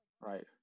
Right